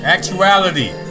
Actuality